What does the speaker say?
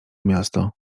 miasto